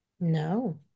No